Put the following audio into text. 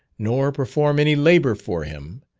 nor perform any labour for him,